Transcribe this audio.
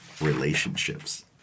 relationships